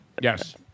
Yes